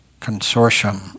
Consortium